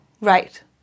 right